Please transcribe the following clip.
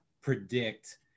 predict